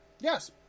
Yes